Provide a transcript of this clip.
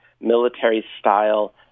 military-style